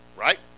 Right